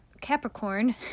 Capricorn